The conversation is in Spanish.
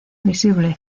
visible